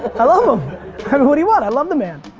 i love him. what do you want? i love the man.